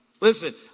Listen